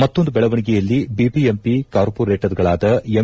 ಮತ್ತೊಂದು ಬೆಳವಣಿಗೆಯಲ್ಲಿ ಬಿಬಿಎಂಪಿ ಕಾರ್ಮೊರೇಟರ್ಗಳಾದ ಎಂ